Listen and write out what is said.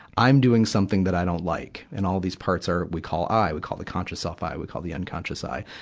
i'm doing something that i don't like. and all these parts are, we call i. we call the conscious self i we call the unconscious i.